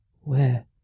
Where